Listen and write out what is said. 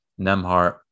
Nemhart